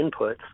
inputs